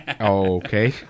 Okay